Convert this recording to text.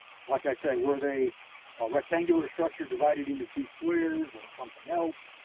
like i say, were they a rectangular structure divided into two squares or something else,